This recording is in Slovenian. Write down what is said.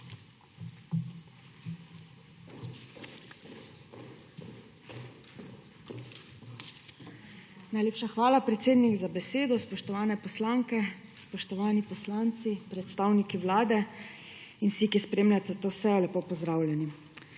Najlepša hvala predsednik za besedo. Spoštovane poslanke, spoštovani poslanci, predstavniki Vlade in vsi, ki spremljate to sejo, lepo pozdravljeni!